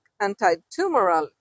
anti-tumoral